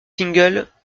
singles